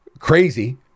crazy